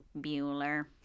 Bueller